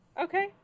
Okay